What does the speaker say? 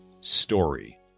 story